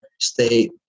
state